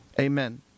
Amen